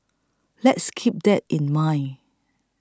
let's keep that in mind